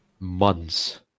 Months